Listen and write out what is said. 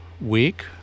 week